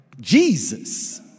Jesus